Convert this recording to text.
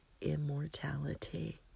immortality